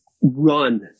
run